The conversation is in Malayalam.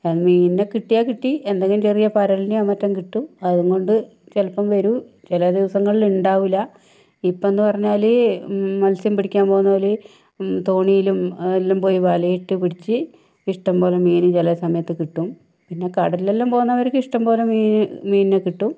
മീനിനെ കിട്ടിയാൽ കിട്ടി എന്തെങ്കിലും ചെറിയ പരലിനേയോ മറ്റോ കിട്ടും അതുംകൊണ്ട് ചിലപ്പം വരും ചില ദിവസങ്ങളിൽ ഉണ്ടാവില്ല ഇപ്പം എന്ന് പറഞ്ഞാല് മത്സ്യം പിടിക്കാൻ പോകുന്നോല് തോണിയിലും എല്ലാം പോയി വലയിട്ട് പിടിച്ച് ഇഷ്ടം പോലെ മീന് ചില സമയത്ത് കിട്ടും പിന്നെ കടലിലെല്ലാം പോകുന്നവർക്ക് ഇഷ്ടം പോലെ മീന് മീനിനെ കിട്ടും